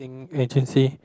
agency